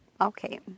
Okay